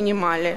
מינימלי.